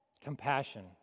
Compassion